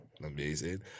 amazing